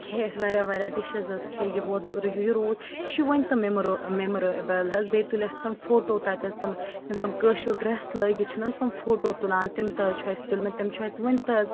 کھیٚے اسہِ واریاہ واریاہ ڈِشِز حظ کھیٚے یہِ ووت یہِ روٗد یہِ چھُ وُنہِ تہِ میٚموریبٕل حظ بیٚیہِ تُلۍ اسہِ تِم فوٹو تَتہِ حظ تِم یِم تِم کٲشُر ڈرٛیٚس لٲگِتھ چھِ نَہ حظ تِم فوٹو تُلان تِم تہِ حظ چھِ اسہِ تُلۍ مِتۍ تِم چھِ اسہِ وُنہِ تہِ حظ